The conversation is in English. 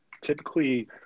typically